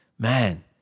man